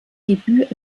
debüt